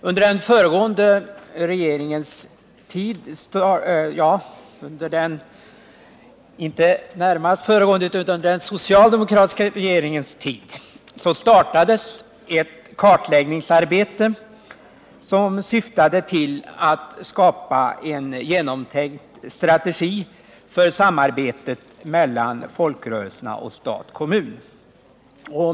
Under den socialdemokratiska regeringens tid startades ett kartläggningsarbete syftande till att skapa en genomtänkt strategi för samarbetet mellan folkrörelserna och stat-kommun.